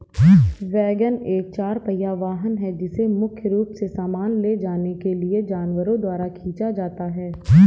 wagon एक चार पहिया वाहन है जिसे मुख्य रूप से सामान ले जाने के लिए जानवरों द्वारा खींचा जाता है